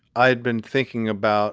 i'd been thinking about